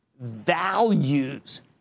values